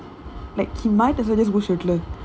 like he might as well just go